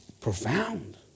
Profound